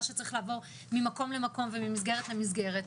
שצריך לעבור ממקום למקום וממסגרת למסגרת.